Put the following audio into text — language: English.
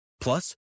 Plus